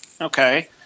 Okay